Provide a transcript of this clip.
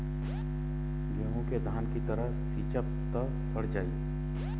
गेंहू के धान की तरह सींचब त सड़ जाई